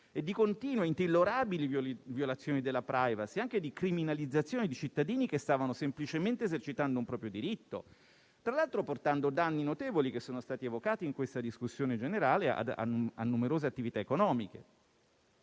e di continue intollerabili violazioni della *privacy*, anche di criminalizzazione di cittadini che stavano semplicemente esercitando un proprio diritto. Tra l'altro, ciò ha portato danni notevoli, che sono stati evocati in questa discussione generale, a numerose attività economiche.